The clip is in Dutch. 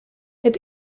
het